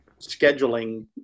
scheduling